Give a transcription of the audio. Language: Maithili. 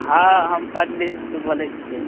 हँ हम पंडित जी बोलैत छियै